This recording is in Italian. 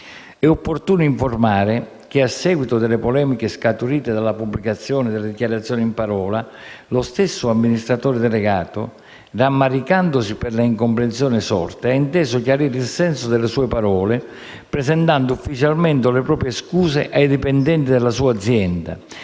È opportuno informare che, a seguito delle polemiche scaturite dalla pubblicazione delle dichiarazioni in parola, lo stesso amministratore delegato, rammaricandosi per le incomprensioni sorte, ha inteso chiarire il senso delle sue parole, presentando ufficialmente le proprie scuse ai dipendenti della sua azienda,